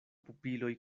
pupiloj